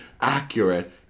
accurate